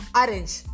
orange